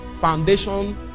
foundation